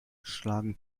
schlagen